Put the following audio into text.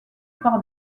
par